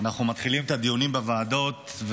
מתחילים את הדיונים בוועדות,